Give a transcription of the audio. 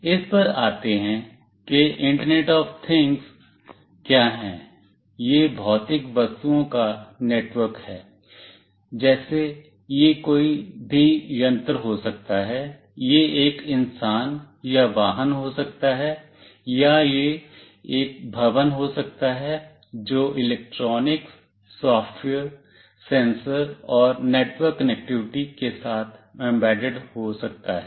इस पर आते हैं कि इंटरनेट ऑफ थिंग्स क्या है यह भौतिक वस्तुओं का नेटवर्क है जैसे यह कोई भी यंत्र हो सकता है यह एक इंसान या वाहन हो सकता है या यह एक भवन हो सकता है जो इलेक्ट्रॉनिक्स सॉफ्टवेयर सेंसर और नेटवर्क कनेक्टिविटी के साथ एम्बेडेड हो सकता है